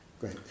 Great